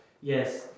yes